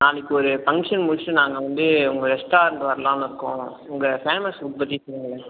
நாளைக்கு ஒரு ஃபங்ஷன் முடிச்சுட்டு நாங்கள் வந்து உங்கள் ரெஸ்டாரண்ட் வரலாம்ன்னு இருக்கோம் உங்கள் ஃபேமஸ் ஃபுட் பற்றி சொல்லுங்களேன்